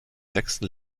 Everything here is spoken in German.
sechsten